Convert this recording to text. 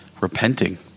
repenting